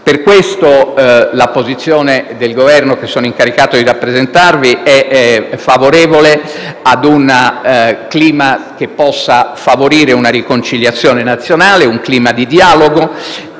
Per questo, la posizione del Governo che sono incaricato di rappresentarvi è favorevole ad un clima che possa favorire una riconciliazione nazionale, un clima di dialogo,